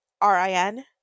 R-I-N